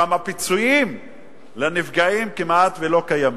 גם הפיצויים לנפגעים כמעט לא קיימים.